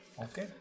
okay